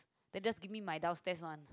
then just give me my downstairs one